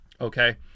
Okay